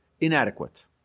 inadequate